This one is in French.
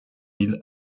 mille